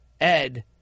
Ed